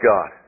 God